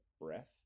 breath